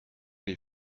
les